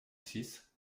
six